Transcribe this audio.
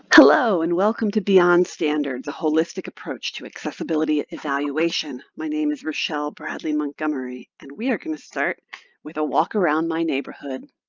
hello, and welcome to beyond standards a holistic approach to accessibility evaluation. my name is rachael bradley montgomery, and we are going to start with a walk around my neighborhood.